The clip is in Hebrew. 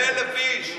1,000 איש.